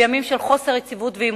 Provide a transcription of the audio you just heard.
בימים של חוסר יציבות ועימותים,